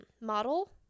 model